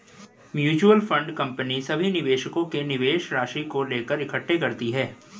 mutual fund company सभी निवेशकों के निवेश राशि को लेकर इकट्ठे करती है